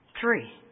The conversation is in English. three